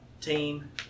team